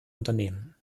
unternehmen